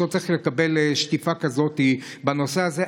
לא צריך לקבל שטיפה כזאת בנושא הזה.